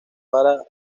para